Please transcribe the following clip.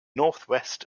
northwest